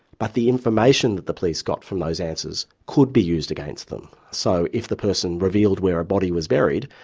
but the information that the police got from those answers, could be used against them. so if the person revealed where a body was buried,